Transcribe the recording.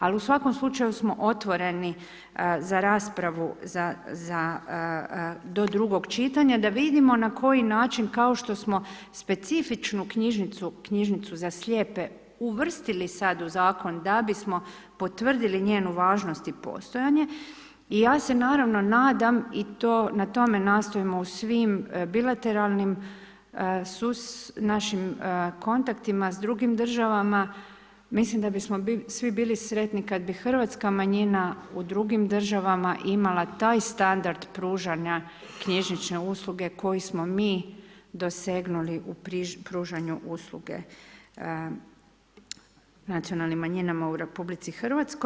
Al i u svakom slučaju smo za raspravu do drugog čitanja da vidimo na koji način kao što smo specifičnu knjižnicu za slijepe uvrstili sad u zakon da bismo potvrdili njenu važnost i postojanje, i ja se naravno nadam, i to na tome nastojimo u svim bilateralnim našim kontaktima s drugim državama, mislim da bismo svi bili sretni ka d bi hrvatska manjina u drugim državama imala taj standard pružanja knjižnične usluge koju smo mi dosegnuli u pružanju usluge nacionalnim manjinama u RH.